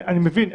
אני מבין.